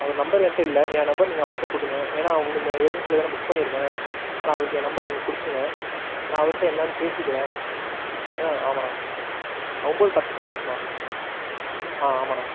அவர் number என்கிட்ட இல்லை என் நம்பர் நீங்கள் அவருட்ட கொடுங்க ஏன்னா அவங்கள் ஏஜென்சியில் தான் புக் பண்ணிருக்கேன் ஆனால் அவருக்கு என் நம்பர் நீங்கள் குடுத்துடுங்க நான் அவர்கிட்ட என்னன்னு பேசிக்கிறேன் ஆ ஆமாம்ணா ஒம்போது பத்துக்கு ஃபிளைட்டுண்ணா ஆ ஆமாம்ணா